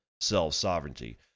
self-sovereignty